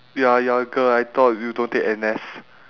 ya you are a girl I thought you don't take N_S